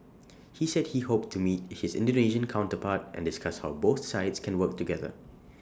he said he hoped to meet his Indonesian counterpart and discuss how both sides can work together